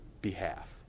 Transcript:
behalf